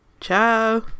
Ciao